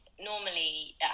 normally